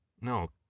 no